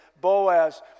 Boaz